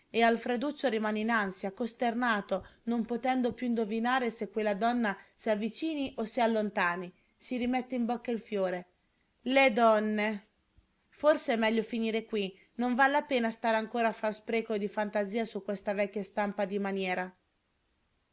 e alfreduccio rimane in ansia costernato non potendo più indovinare se quella donna si avvicini o si allontani si rimette in bocca il fiore le donne forse è meglio finire qui non val la pena stare ancora a far spreco di fantasia su questa vecchia stampa di maniera